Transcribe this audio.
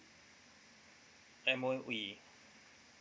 M_O_E